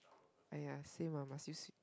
!aiya! same lah must use